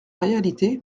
réalité